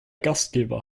gastgeber